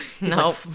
No